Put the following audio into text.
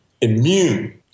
immune